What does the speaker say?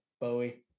Bowie